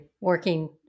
working